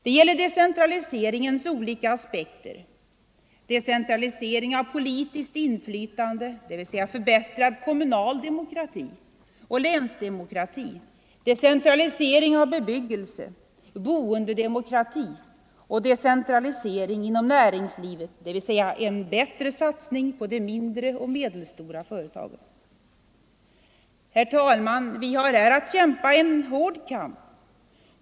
Det gäller decentraliseringens olika aspekter, decentralisering av politiskt inflytande, dvs. förbättrad kommunal demokrati och länsdemokrati, decentralisering av bebyggelse, boendedemokrati, och decentralisering inom näringslivet, dvs. en bättre satsning på de mindre och medelstora företagen. Herr talman! Vi har här att kämpa en hård kamp.